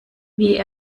wie